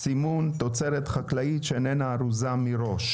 (סימון תוצרת חקלאית שאינה ארוזה מראש),